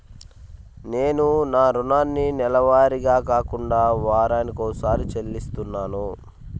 నేను నా రుణాన్ని నెలవారీగా కాకుండా వారానికోసారి చెల్లిస్తున్నాను